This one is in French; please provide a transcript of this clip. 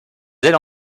ailes